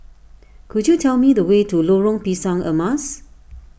could you tell me the way to Lorong Pisang Emas